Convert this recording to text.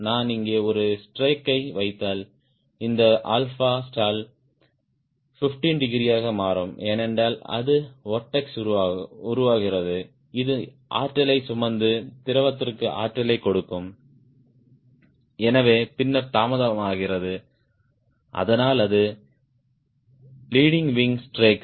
நான் இங்கே ஒரு ஸ்ட்ரைக்கை வைத்தால் இந்த stall 15 டிகிரியாக மாறும் ஏனென்றால் அது வொர்ட்ஸ் உருவாகிறது இது ஆற்றலைச் சுமந்து திரவத்திற்கு ஆற்றலைக் கொடுக்கும் எனவே பின்னர் தாமதமாகிறது அதனால் அது லீடிங் விங் ஸ்ட்ரெக்ஸ்